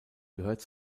gehört